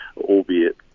albeit